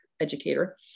educator